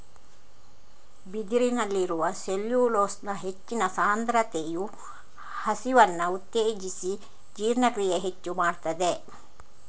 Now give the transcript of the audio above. ಬಿದಿರಿನಲ್ಲಿರುವ ಸೆಲ್ಯುಲೋಸ್ನ ಹೆಚ್ಚಿನ ಸಾಂದ್ರತೆಯು ಹಸಿವನ್ನ ಉತ್ತೇಜಿಸಿ ಜೀರ್ಣಕ್ರಿಯೆ ಹೆಚ್ಚು ಮಾಡ್ತದೆ